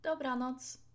Dobranoc